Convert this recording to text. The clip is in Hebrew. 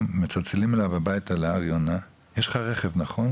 מצלצלים אליו הביתה להר יונה - "יש לך רכב נכון?